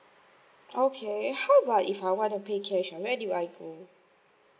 okay how about if I want to pay cash where did I go